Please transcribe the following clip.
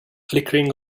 flickering